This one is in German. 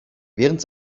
während